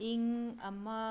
ꯏꯪ ꯑꯃ